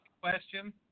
question